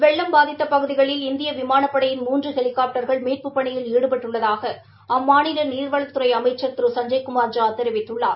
வெள்ளம் பாதித்த பகுதிகளில் இந்திய விமானப்படையின் மூன்று ஹெலிகாப்டர்கள் மீட்புப் பணியில் ஈடுபட்டுள்ளதாக அம்மாநில நீர்வளத்துறை அமைச்சர் திரு சஞ்ஜய்குமார் ஜா தெரிவித்துள்ளார்